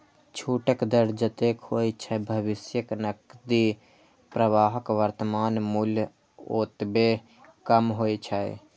छूटक दर जतेक होइ छै, भविष्यक नकदी प्रवाहक वर्तमान मूल्य ओतबे कम होइ छै